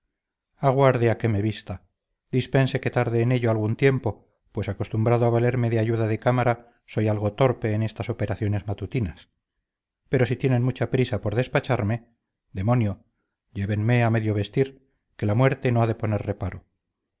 aguarde a que me vista dispense que tarde en ello algún tiempo pues acostumbrado a valerme de ayuda de cámara soy algo torpe en estas operaciones matutinas pero si tienen mucha prisa por despacharme demonio llévenme a medio vestir que la muerte no ha de poner reparo